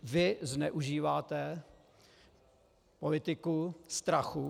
Vy zneužíváte politiku strachu.